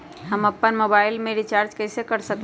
हम अपन मोबाइल में रिचार्ज कैसे कर सकली ह?